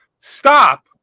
Stop